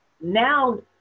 now